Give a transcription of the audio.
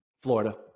Florida